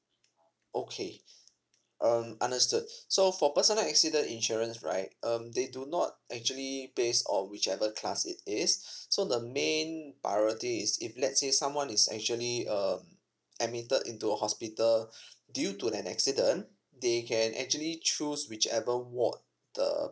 okay um understood so for personal accident insurance right um they do not actually base or whichever class it is so the main priority is if let's say someone is actually um admitted into a hospital due to an accident they can actually choose which ever ward the